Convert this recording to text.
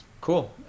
Cool